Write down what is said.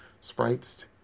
Sprites